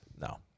No